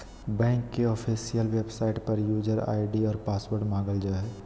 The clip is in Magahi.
बैंक के ऑफिशियल वेबसाइट पर यूजर आय.डी और पासवर्ड मांगल जा हइ